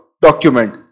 document